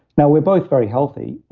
now we're both very healthy,